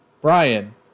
Brian